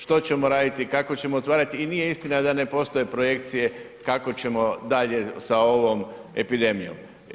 Što ćemo raditi, kako ćemo otvarati i nije istina da ne postoje projekcije kako ćemo dalje sa ovom epidemijom.